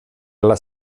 alla